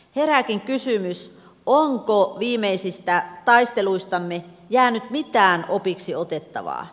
herääkin kysymys onko viimeisistä taisteluistamme jäänyt mitään opiksi opettavaa